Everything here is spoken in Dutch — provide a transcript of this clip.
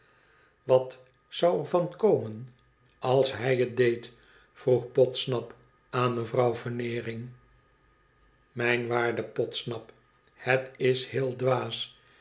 wat zou er van komen als het hij deed vroeg podsnap aan mevrouw veneering mijn waarde podsnap het is heel dwaas